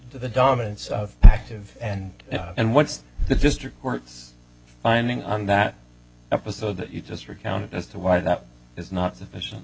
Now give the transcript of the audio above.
to the dominance of active and and what's the district worth finding on that episode that you just recount as to why that is not sufficient